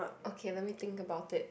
okay let me think about it